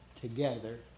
together